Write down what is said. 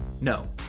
no.